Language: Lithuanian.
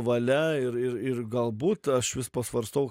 valia ir ir ir galbūt aš vis pasvarstau